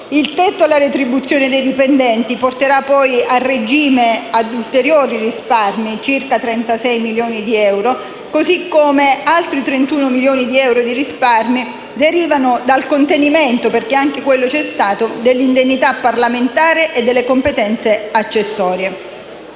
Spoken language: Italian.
Il tetto alla retribuzione dei dipendenti porterà poi a regime ulteriori risparmi per circa 36 milioni di euro. Altri 31 milioni di euro di risparmi derivano dal contenimento - anche quello c'è stato - delle indennità parlamentari e delle competenze accessorie.